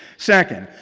second,